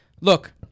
Look